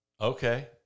Okay